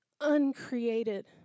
uncreated